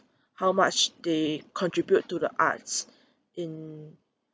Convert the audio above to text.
how much they contribute to the arts in